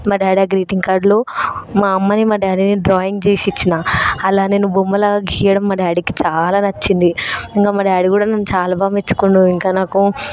మా డాడీ ఆ గ్రీటింగ్ కార్డ్లో మా అమ్మని మా డాడిని డ్రాయింగ్ చేసి ఇచ్చిన అలా నేను బొమ్మ లాగా గీయడం మా డాడీకి చాలా నచ్చింది ఇంకా మా డాడీ కూడా నన్ను చాలా బాగా మెచ్చుకుండు ఇంకా నాకు